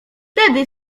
tedy